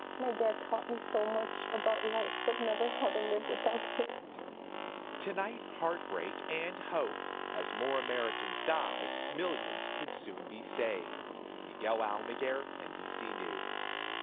my dad taught me so much about life but never how to live without him. reporter tonight, heartbreak and hope as more americans die millions could soon be saved. miguel almaguer, nbc news.